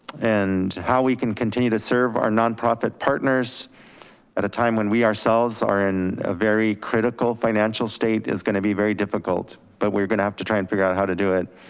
and how we can continue to serve our nonprofit partners at a time when we ourselves are in a very critical financial state is gonna be very difficult, but we're gonna have to try and figure out how to do it.